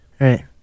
Right